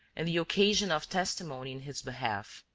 and the occasion of testimony in his behalf.